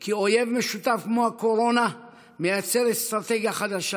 כי אויב משותף כמו הקורונה מייצר אסטרטגיה חדשה,